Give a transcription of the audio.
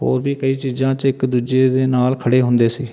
ਹੋਰ ਵੀ ਕਈ ਚੀਜ਼ਾਂ 'ਚ ਇੱਕ ਦੂਜੇ ਦੇ ਨਾਲ ਖੜ੍ਹੇ ਹੁੰਦੇ ਸੀ